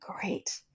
great